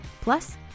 Plus